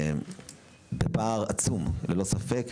קיים פער העצום, ללא ספק,